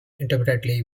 intermittently